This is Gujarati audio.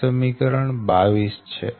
આ સમીકરણ 22 છે